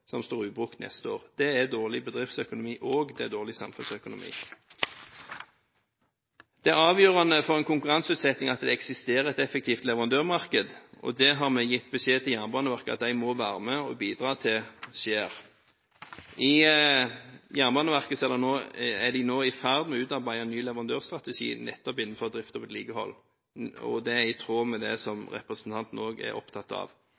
som står ubrukt neste år. Det er dårlig bedriftsøkonomi og dårlig samfunnsøkonomi. Det er avgjørende for konkurranseutsetting at det eksisterer et effektivt leverandørmarked. Vi har gitt beskjed til Jernbaneverket om at de må være med og bidra til at det skjer. I Jernbaneverket er de nå i ferd med å utarbeide en ny leverandørstrategi nettopp innenfor drift og vedlikehold. Det er i tråd med det som interpellanten også er opptatt av.